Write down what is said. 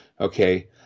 Okay